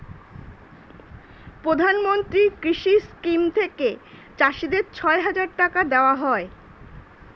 প্রধানমন্ত্রী কৃষি স্কিম থেকে চাষীদের ছয় হাজার টাকা দেওয়া হয়